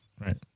Right